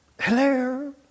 hello